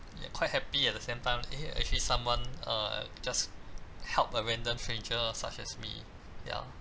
quite happy at the same time eh actually someone uh just help a random stranger such as me ya